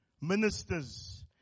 ministers